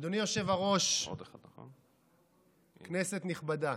אדוני היושב-ראש, כנסת נכבדה,